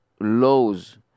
laws